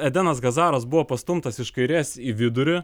edenas gazaras buvo pastumtas iš kairės į vidurį